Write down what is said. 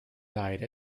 died